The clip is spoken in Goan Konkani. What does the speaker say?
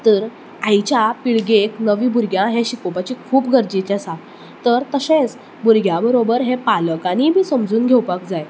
तर आयच्या पिळगेक नवीं भुरग्यां हें शिकोवपाची खूब गरजेचें आसा तर तशेंच भुरग्यां बरोबर हें पालकांनीं बी समजून घेवपाक जाय